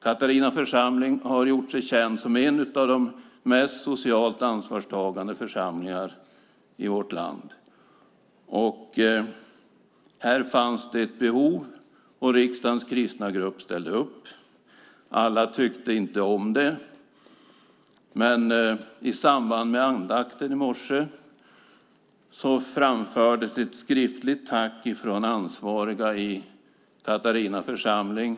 Klara församling har gjort sig känd som en av de mest socialt ansvarstagande församlingarna i vårt land. Här fanns det ett behov, och riksdagens kristna grupp ställde upp. Alla tyckte inte om det, men i samband med andakten i morse framfördes ett skriftligt tack från ansvariga i Klara församling.